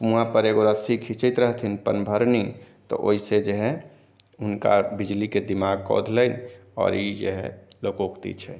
कुआँपर एगो रस्सी खीँचैत रहथिन पानि भरनी तऽ ओहिसँ जे हइ हुनका बिजलीके दिमाग कौँधलै आओर ई जे हइ लोकोक्ति छै